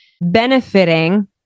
benefiting